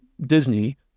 Disney